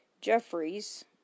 Jeffries